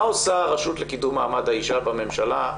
מה עושה הרשות לקידום מעמד האישה בממשלה,